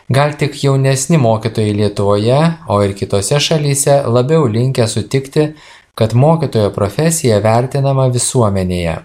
gal tik jaunesni mokytojai lietuvoje o ir kitose šalyse labiau linkę sutikti kad mokytojo profesija vertinama visuomenėje